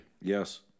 Yes